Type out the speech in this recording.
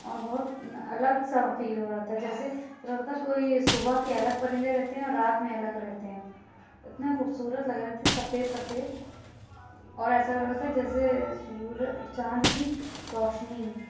اور بہت الگ سا فیل ہو رہا تھا جیسے لگ رہا تھا کوئی صبح کے الگ پرندے رہتے ہیں اور رات میں الگ رہتے ہیں اتنے خوبصورت لگ رہے تھے سفید سفید اور ایسا لگ رہا تھا جیسے سورج اور چاند کی روشنی